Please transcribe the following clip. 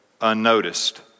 unnoticed